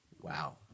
Wow